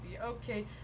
okay